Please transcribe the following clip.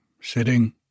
sitting